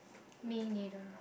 may neither